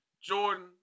Jordan